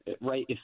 Right